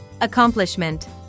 Accomplishment